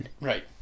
right